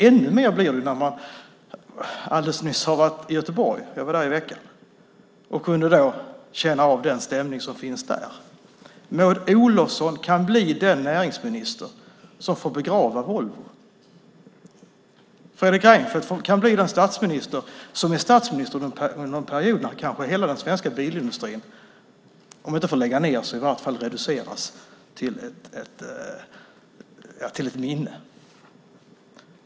Jag var i Göteborg i veckan och kunde känna av den stämning som finns där. Maud Olofsson kan bli den näringsminister som får begrava Volvo. Fredrik Reinfeldt kan bli den statsminister som är statsminister under en period när kanske hela den svenska bilindustrin, om inte får läggas ned, så i varje fall reduceras till ett minne.